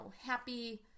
happy